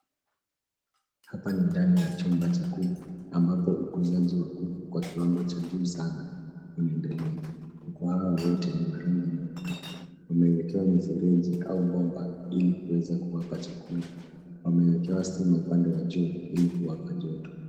Hapa ni ndani ya chumba cha kuku ambapo ukuzaji wa kuku kwa kiwango cha juu sana unaendelea. Kuku hawa wote ni wa rangi nyeupe. Wamewekewa mifereji au bomba ili kuweza kuwapa chakula. Wameweka stima upande wa juu ili kuwapa joto.